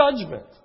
Judgment